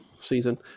season